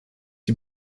die